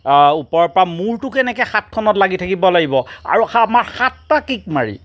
ওপৰৰ পৰা মূৰটো কেনেকৈ হাতখনত লাগি থাকিব লাগিব আৰু আমাৰ সাতটা কিক মাৰি